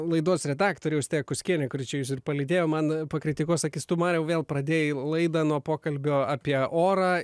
laidos redaktorė austėja kuskienė kuri čia jus ir palydėjo man pakritikuos sakys tu mariau vėl pradėjai laidą nuo pokalbio apie orą